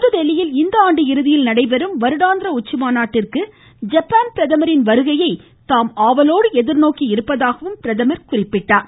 புதுதில்லியில் இந்த ஆண்டு இறுதியில் நடைபெறும் வருடாந்திர உச்சிமாநாட்டிற்கு ஜப்பான் பிரதமரின் வருகையை தாம் ஆவலோடு எதிர்நோக்கி இருப்பதாகவும் பிரதமர் கூறினார்